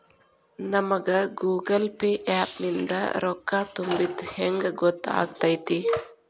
ನಮಗ Google pay app ನಿಂದ ರೊಕ್ಕಾ ತುಂಬಿದ್ದ ಹೆಂಗ್ ಗೊತ್ತ್ ಆಗತೈತಿ?